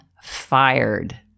fired